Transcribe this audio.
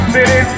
City